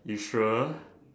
you sure